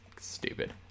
stupid